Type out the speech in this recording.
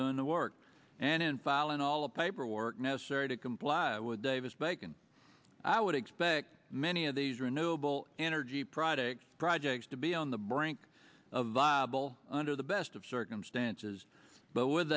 to in the work and in filing all the paperwork necessary to comply with davis bacon i would expect many of these renewable energy projects projects to be on the brink of viable under the best of circumstances but with